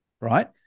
right